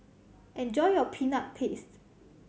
enjoy your Peanut Paste